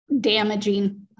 damaging